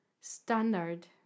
standard